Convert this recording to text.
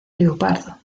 leopardo